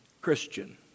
Christian